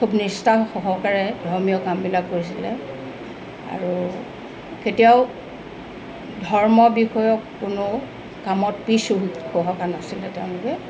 খুব নিষ্ঠা সহকাৰে ধৰ্মীয় কামবিলাক কৰিছিলে আৰু কেতিয়াও ধৰ্মৰ বিষয়ক কোনো কামত পিছ হোহো হোঁহকা নাছিলে তেওঁলোকে